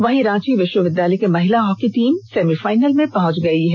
वहीं रांची विष्वविद्यालय की महिला हॉकी टीम सेमिफाइनल में पहुंच गई है